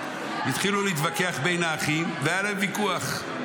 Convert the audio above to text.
התחילו להתווכח בין האחים והיה להם ויכוח.